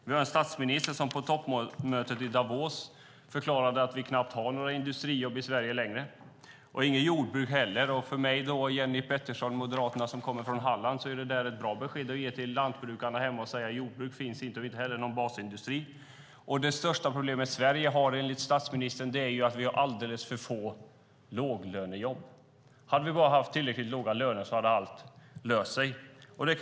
Vi har en statsminister som på toppmötet i Davos förklarade att vi knappt har några industrijobb i Sverige längre och inget jordbruk heller. För mig, Jenny Petersson från Moderaterna, som kommer från Halland är det där ett bra besked att ge till lantbrukarna hemma: Jordbruk finns inte och inte heller någon basindustri, och det största problemet Sverige har är enligt statsministern att vi har alldeles för få låglönejobb. Hade vi bara haft tillräckligt låga löner hade allt löst sig.